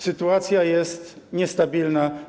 Sytuacja jest niestabilna.